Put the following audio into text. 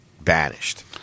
banished